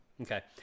Okay